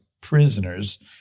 prisoners